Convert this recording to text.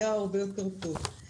היה הרבה יותר טוב.